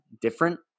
different